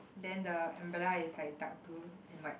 then the umbrella is like dark blue and white